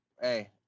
hey